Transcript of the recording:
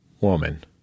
woman